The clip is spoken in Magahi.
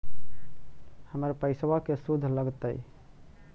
हमर पैसाबा के शुद्ध लगतै?